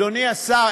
אדוני השר,